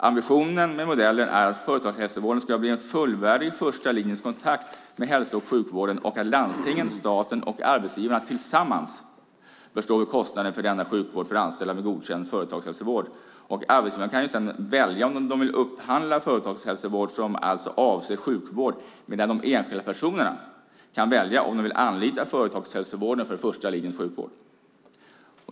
Ambitionen med modellen är att företagshälsovården ska bli en fullvärdig första linjens kontakt med hälso och sjukvården och att landstingen, staten och arbetsgivarna tillsammans bör stå för kostnaden för denna sjukvård för anställda med godkänd företagshälsovård. Arbetsgivarna kan välja om de vill upphandla företagshälsovård som alltså avser sjukvård, medan de enskilda personerna kan välja om de vill anlita företagshälsovården för första linjens sjukvård.